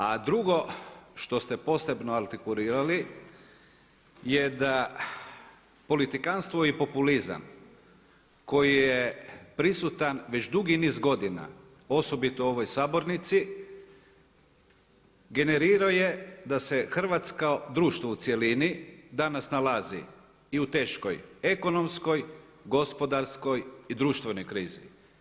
A drugo, što ste posebno artikulirali je da politikantstvo i populizam koji je prisutan već dugi niz godina, osobito u ovoj sabornici, generirao je da se hrvatsko društvo u cjelini danas nalazi i u teškoj ekonomskoj, gospodarskoj i društvenoj krizi.